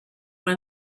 one